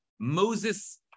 Moses